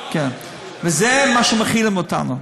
וזה מה שמאכילים אותנו.